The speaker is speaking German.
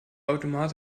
automat